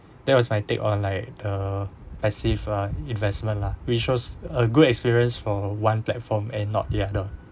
that was my take on like a passive uh investment lah which was a good experience for one platform and not the other